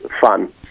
fun